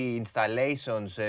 installations